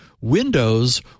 Windows